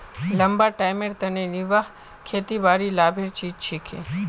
लंबा टाइमेर तने निर्वाह खेतीबाड़ी लाभेर चीज छिके